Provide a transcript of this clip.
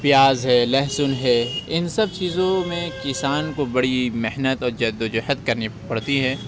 پیاز ہے لہسن ہے اِن سب چیزوں میں کسان کو بڑی محنت اور جِد و جہد کرنی پڑتی ہے